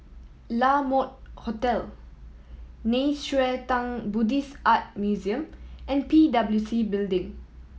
La Mode Hotel Nei Xue Tang Buddhist Art Museum and P W C Building